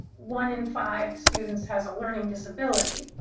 one in five students has a learning disability.